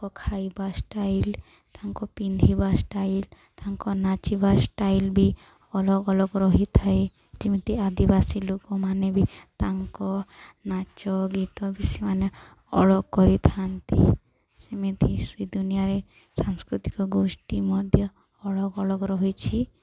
ତାଙ୍କ ଖାଇବା ଷ୍ଟାଇଲ୍ ତାଙ୍କ ପିନ୍ଧିବା ଷ୍ଟାଇଲ୍ ତାଙ୍କ ନାଚିବା ଷ୍ଟାଇଲ୍ ବି ଅଲଗା ଅଲଗା ରହିଥାଏ ଯେମିତି ଆଦିବାସୀ ଲୋକମାନେ ବି ତାଙ୍କ ନାଚ ଗୀତ ବି ସେମାନେ ଅଲଗା କରିଥାନ୍ତି ସେମିତି ସେଇ ଦୁନିଆରେ ସାଂସ୍କୃତିକ ଗୋଷ୍ଠୀ ମଧ୍ୟ ଅଲଗା ଅଲଗା ରହିଛି